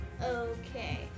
Okay